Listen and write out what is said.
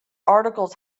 articles